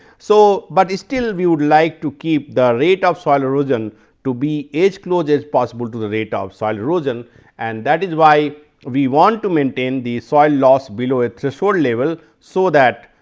so, but it still we would like to keep the rate of soil erosion to be as close as possible to the rate of soil erosion and that is why we want to maintain the soil loss below a threshold sort of level. so, that